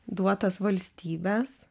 duotas valstybės